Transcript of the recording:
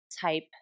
type